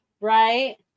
right